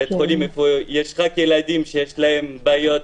בית חולים שיש בו רק ילדים שיש להם בעיות